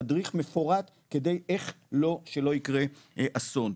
תדריך מפורט כדי איך שלא ייקרה אסון,